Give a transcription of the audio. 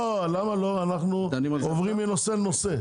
אנחנו עוברים מנושא לנושא.